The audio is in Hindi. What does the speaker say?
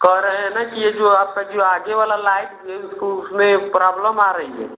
कह रहे हैं ना कि यह जो आपका जो आगे वाली लाइट उसको उसमें प्राब्लम आ रही है